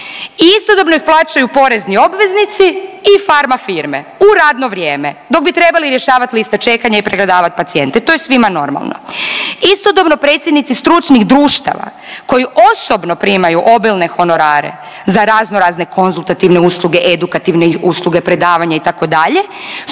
istodobno ih plaćaju porezni obveznici i farma firme u radno vrijeme dok bi trebali rješavati liste čekanja i pregledavati pacijente. To je svima normalno. Istodobno predsjednici stručnih društava koji osobno primaju obilne honorare za razno razne konzultativne usluge, edukativne usluge, predavanja itd.